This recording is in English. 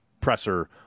presser